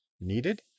needed